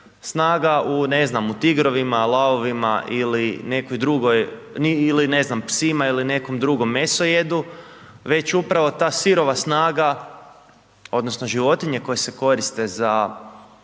snaga u, ne znam, u tigrovima, lavovima ili nekoj drugoj ili ne znam, psima ili nekom drugom mesojedu, već upravo ta sirova snaga odnosno životinje koje se koriste za